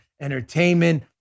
Entertainment